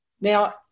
Now